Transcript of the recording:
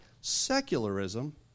secularism